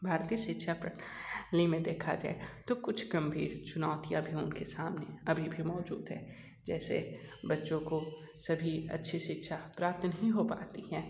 भारतीय शिक्षा प्रणाली में देखा जाए तो कुछ गंभीर चुनौतियाँ भी उनके सामने अभी भी मौजूद हैं जैसे बच्चों को सभी अच्छी शिक्षा प्राप्त नहीं हो पाती हैं